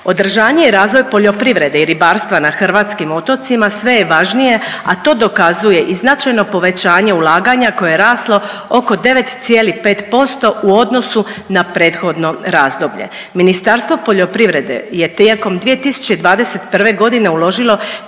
Održanje i razvoj poljoprivrede i ribarstva na hrvatskim otocima sve je važnije, a to dokazuje i značajno povećanje ulaganja koje je raslo oko 9,5% u odnosu na prethodno razdoblje. Ministarstvo poljoprivrede je tijekom 2021.g. uložilo